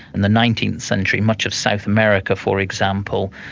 in the nineteenth century, much of south america, for example,